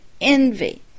envy